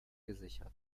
gesichert